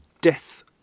death